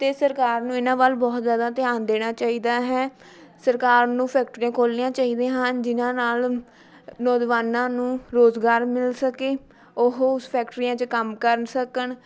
ਅਤੇ ਸਰਕਾਰ ਨੂੰ ਇਹਨਾਂ ਵੱਲ ਬਹੁਤ ਜ਼ਿਆਦਾ ਧਿਆਨ ਦੇਣਾ ਚਾਹੀਦਾ ਹੈ ਸਰਕਾਰ ਨੂੰ ਫੈਕਟਰੀਆਂ ਖੋਲ੍ਹਣੀਆਂ ਚਾਹੀਦੀਆਂ ਹਨ ਜਿਨ੍ਹਾਂ ਨਾਲ਼ ਨੌਜਵਾਨਾਂ ਨੂੰ ਰੁਜ਼ਗਾਰ ਮਿਲ ਸਕੇ ਉਹ ਉਸ ਫੈਕਟਰੀਆਂ 'ਚ ਕੰਮ ਕਰਨ ਸਕਣ